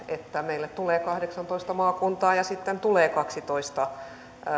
että meille tulee kahdeksantoista maakuntaa ja sitten tulee kaksitoista